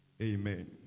Amen